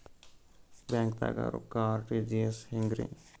ಬ್ಯಾಂಕ್ದಾಗ ರೊಕ್ಕ ಆರ್.ಟಿ.ಜಿ.ಎಸ್ ಹೆಂಗ್ರಿ?